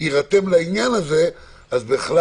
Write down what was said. כיוון שאז אנחנו וכולי.